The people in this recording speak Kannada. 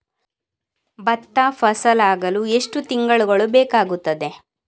ಭತ್ತ ಫಸಲಾಗಳು ಎಷ್ಟು ತಿಂಗಳುಗಳು ಬೇಕಾಗುತ್ತದೆ?